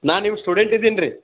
ನಾನು ನಿಮ್ಮ ಸ್ಟೂಡೆಂಟ್ ಇದ್ದೀನ್ರಿ